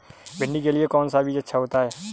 भिंडी के लिए कौन सा बीज अच्छा होता है?